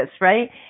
right